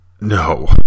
No